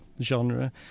genre